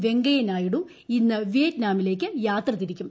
വെങ്കയ്യ നായിഡു ഇന്ന് വിയറ്റ്നാമിലേക്ക് യാത്ര തിരിക്കും